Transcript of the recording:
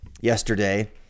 yesterday